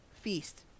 feast